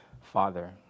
Father